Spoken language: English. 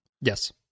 Yes